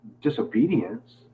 disobedience